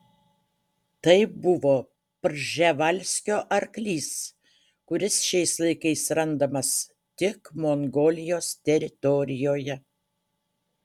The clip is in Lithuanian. tai buvo prževalskio arklys kuris šiais laikais randamas tik mongolijos teritorijoje